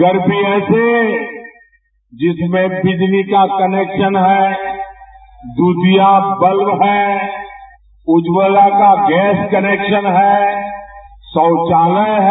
घर भी ऐसे जिसमें विजली कनेक्शन है द्रथिया बल्व है उज्ज्वला का गैस कनेक्शन है शौचालय है